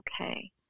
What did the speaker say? okay